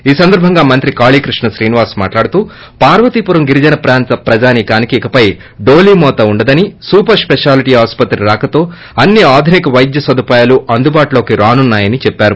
ఈ సందర్భంగా మంత్రి కాళీకృష్ణ శ్రీనివాస్ మాట్లాడుతూ పార్వతీపురం గిరిజన ప్రాంత ప్రజానీకానికి ఇకపై డోళీమోత ఉండదని సూపర్ స్పెషాలిటీ ఆసుపత్రి రాకతో అన్ని ఆధునిక వైద్య సదుపాయాలు అందుబాటులోకి రానున్నాయని చెప్పారు